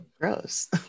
gross